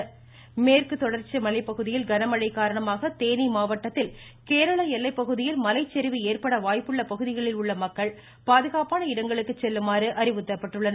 மேற்கு தொடர்ச்சி மேற்கு தொடர்ச்சி மலைப்பகுதிகளில் கனமழை காரணமாக தேனி மாவட்டத்தில் கேரள எல்லைப்பகுதியில் மலைச்சரிவு ஏற்பட வாய்ப்புள்ள பகுதிகளில் உள்ள மக்கள் பாதுகாப்பான இடங்களுக்கு செல்லுமாறு அறிவுறுத்தப்பட்டுள்ளனர்